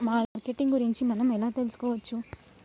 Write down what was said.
Marketing గురించి మనం ఎలా తెలుసుకోవచ్చు?